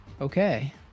Okay